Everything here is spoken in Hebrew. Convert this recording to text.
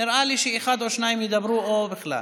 נראה לי שאחד או שניים ידברו, אם בכלל.